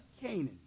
Canaan